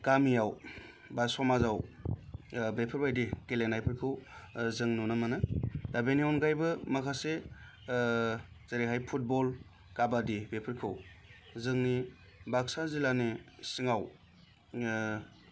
गामियाव बा समाजाव बेफोरबादि गेलेनायफोरखौ जों नुनो मोनो दा बेनि अनगायैबो माखासे जेरैहाय फुटबल काबादि बेफोरखौ जोंनि बाक्सा जिल्लानि सिङाव